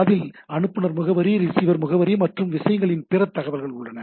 அதில் அனுப்புநர் முகவரி ரிசீவர் முகவரி மற்றும் விஷயங்களின் பிற தகவல்கள் உள்ளது